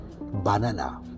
banana